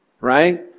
Right